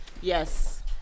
Yes